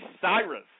Cyrus